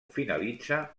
finalitza